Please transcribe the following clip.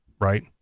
right